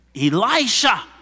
Elisha